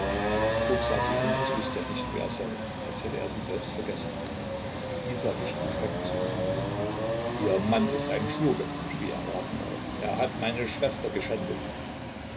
sah sie an als wüßte er nicht wo er sei als hätte er sich selbst vergessen isa wich erschreckt zurück ihr mann ist ein schurke schrie er rasend auf er hat meine schwester geschändet